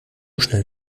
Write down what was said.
schnell